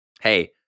Hey